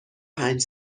پنج